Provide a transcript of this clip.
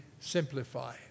simplify